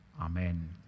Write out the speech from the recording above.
Amen